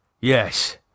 Yes